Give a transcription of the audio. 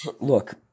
Look